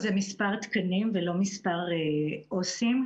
זה מספר תקנים ולא מספר עובדים סוציאליים.